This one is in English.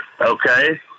Okay